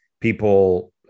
people